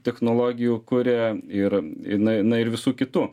technologijų kuria ir jinai na ir visu kitų